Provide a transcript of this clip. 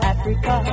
Africa